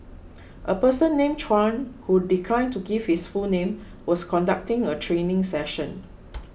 a person named Chuan who declined to give his full name was conducting a training session